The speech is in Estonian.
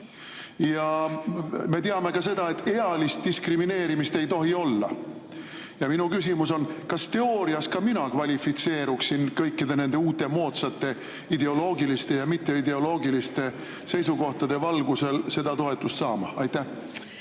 Ja me teame ka seda, et ealist diskrimineerimist ei tohi olla. Minu küsimus on: kas teoorias ka mina kvalifitseeruksin kõikide nende uute moodsate ideoloogiliste ja mitteideoloogiliste seisukohtade valguses seda toetust saama?